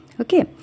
Okay